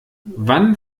wann